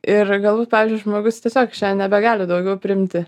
ir galbūt pavyzdžiui žmogus tiesiog nebegali daugiau priimti